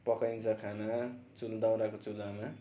पकाइन्छ खाना जुन दाउराको चुलामा